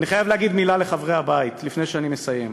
אני חייב להגיד מילה לחברי הבית לפני שאני מסיים.